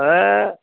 अहह्